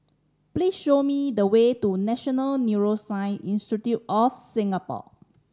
please show me the way to National Neuroscience Institute of Singapore